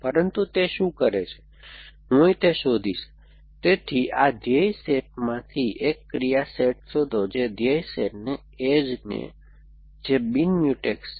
પરંતુ તે શું કરે છે હું અહીં તે શોધીશ તેથી આ ધ્યેય સેટમાંથી એક ક્રિયા સેટ શોધો જે ધ્યેય સેટને એજ જે બિન મ્યુટેક્સ છે